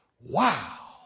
Wow